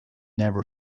never